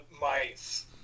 mice